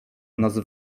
nazy